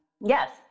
yes